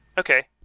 Okay